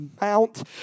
mount